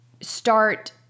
start